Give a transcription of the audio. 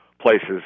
places